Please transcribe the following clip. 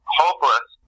hopeless